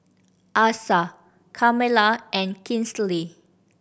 Asa Carmela and Kinsley